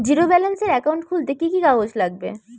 Zero ব্যালেন্সের account খুলতে কি কি কাগজ লাগবে?